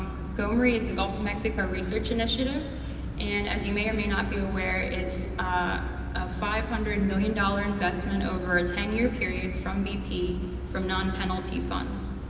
gomri is the and gulf of mexico research initiative and as you may or may not be aware, it's a five hundred million dollars investment over a ten year period from bp from non-penalty funds.